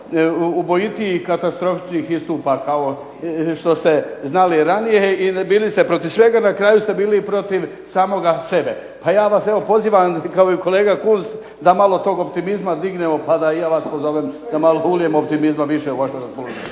ubojitijih katastrofičnih istupa, kao što ste znali i ranije. Bili ste protiv svega, na kraju ste bili protiv samoga sebe. Pa ja vas evo pozivam kao i kolega Kunst da malo toga optimizma dignemo pa da i ja vas pozovem, da malo ulijemo više optimizma u vaše raspoloženje.